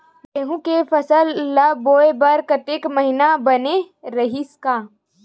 गेहूं के फसल ल बोय बर कातिक महिना बने रहि का?